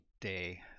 day